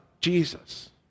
Jesus